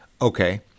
okay